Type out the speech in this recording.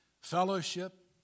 fellowship